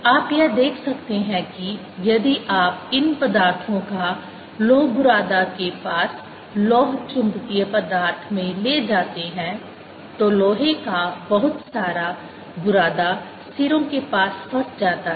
आप यह देख सकते हैं कि यदि आप इन पदार्थों को लौह बुरादा के पास लौह चुंबकीय पदार्थ में ले जाते हैं तो लोहे का बहुत सारा बुरादा सिरों के पास फंस जाता है